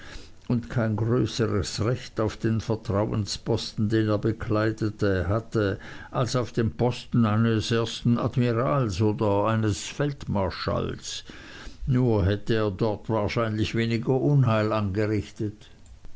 und kein größeres recht auf den vertrauensposten den er bekleidete hatte als auf den posten eines ersten admirals oder eines feldmarschalls nur hätte er dort wahrscheinlich weniger unheil angerichtet